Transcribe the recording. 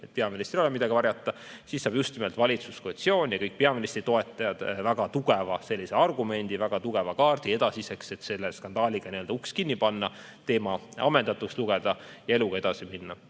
et peaministril ei ole midagi varjata, siis saavad just nimelt valitsuskoalitsioon ja kõik peaministri toetajad väga tugeva argumendi ja kaardi edasiseks, et selle skandaali nii-öelda uks kinni panna, teema ammendatuks lugeda ja eluga edasi minna.